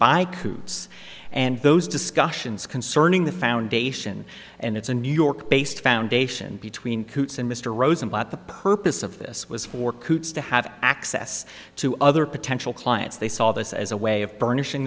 coots and those discussions concerning the foundation and it's a new york based foundation between coots and mr rosenblatt the purpose of this was for coots to have access to other potential clients they saw this as a way of burnishing